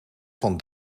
van